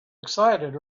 excited